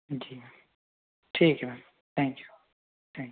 जी ठीक है ma'am thank you thank you